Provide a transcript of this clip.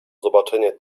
zobaczenie